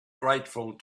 grateful